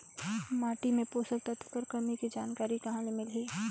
माटी मे पोषक तत्व कर कमी के जानकारी कहां ले मिलही?